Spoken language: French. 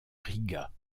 riga